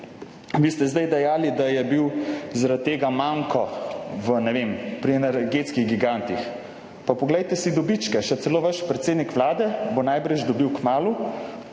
vi ste zdaj dejali, da je bil zaradi tega manko pri, ne vem, energetskih gigantih. Pa poglejte si dobičke, še celo vaš predsednik Vlade bo najbrž kmalu